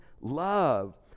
love